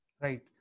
Right